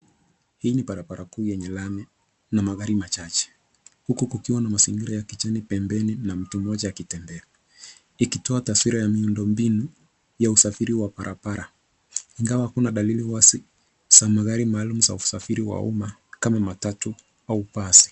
Hii ni barabara kuu yenye lami na magari machache huku kukiwa na mazingira ya kijani pembeni na mtu mmoja akitembea ikitoa taswira ya miundo mbinu ya usafiri wa barabara. Ingawa hakuna dalili wazi za barabara maalum za usafiri wa umma kama matatu au basi.